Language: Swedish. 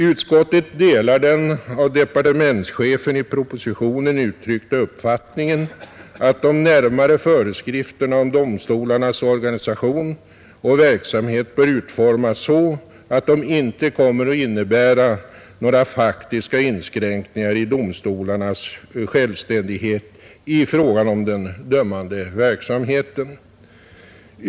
Utskottet delar den av departementschefen i propositionen uttryckta uppfattningen att de närmare föreskrifterna om domstolarnas organisation och verksamhet bör utformas så, att de inte kommer att innebära några faktiska inskränkningar i domstolarnas självständighet i fråga om den dömande verksamheten.